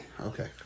Okay